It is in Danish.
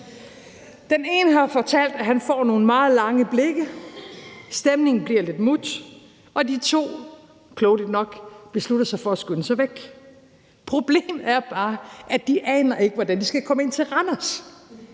Den ene har fortalt, at han får nogle meget lange blikke, stemningen bliver lidt mut, og de to beslutter sig, klogeligt nok, til at skynde sig væk. Problemet er bare, at de ikke aner, hvordan de skal komme ind til Randers,